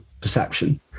perception